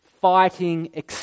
fighting